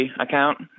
account